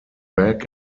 back